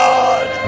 God